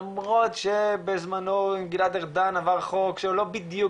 למרות שבזמנו עם גלעד ארדן עבר חוק שלא בדיוק